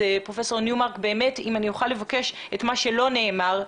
אם אני אוכל לבקש שתאמר את מה שעדיין לא נאמר,